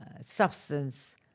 substance